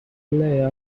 layer